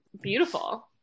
beautiful